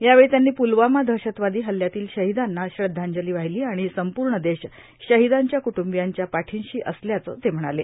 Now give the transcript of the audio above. यावेळी त्यांनी पुलवामा दहशतवादी हल्ल्यातील शहीदांना श्रध्दांजली वाहीली आणि संपूर्ण देश शहीदांच्या क्ट्ंबियांच्या पाठीशी असल्याचं ते म्हणाले